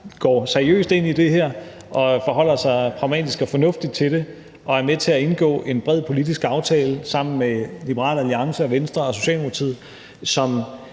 går seriøst ind i det her, forholder sig pragmatisk og fornuftigt til det og er med til at indgå en bred politisk aftale sammen med Liberal Alliance, Venstre og Socialdemokratiet, som